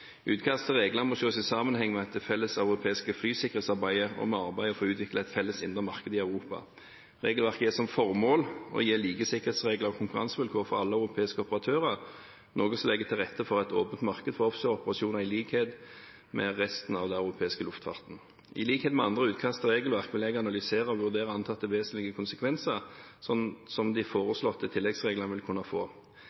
til regler må ses i sammenheng med det felles europeiske flysikkerhetsarbeidet og med arbeidet for å utvikle et felles indre marked i Europa. Regelverket har som formål å gi like sikkerhetsregler og konkurransevilkår for alle europeiske operatører, noe som legger til rette for et åpent marked for offshoreoperasjoner, i likhet med resten av den europeiske luftfarten. I likhet med andre utkast til regelverk vil jeg analysere og vurdere antatte vesentlige konsekvenser som de foreslåtte tilleggsreglene vil kunne få.